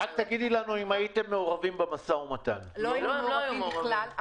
לא היינו מעורבים בכלל.